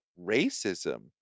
racism